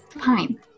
fine